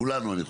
כולנו אני חושב,